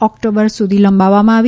October સુધી લંબાવવામાં આવી